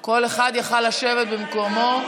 כל אחד יכול היה לשבת במקומו.